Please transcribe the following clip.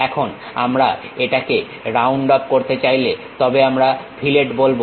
এখন আমরা এটাকে রাউন্ড অফ করতে চাইলে তবে আমরা ফিলেট বলবো